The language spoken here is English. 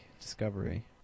Discovery